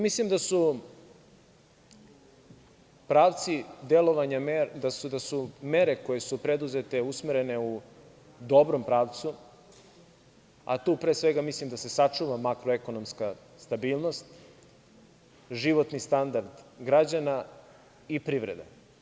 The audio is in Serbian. Mislim da su mere koje su preduzete usmerene u dobrom pravcu, a tu pre svega mislim da se sačuva makroekonomska stabilnost, životni standard građana i privreda.